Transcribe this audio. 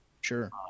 Sure